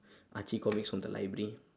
archie comics from the library